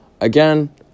again